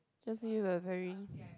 just give a very